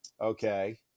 Okay